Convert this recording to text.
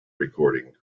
recording